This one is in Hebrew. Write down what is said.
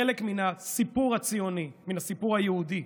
חלק מן הסיפור הציוני, מן הסיפור היהודי.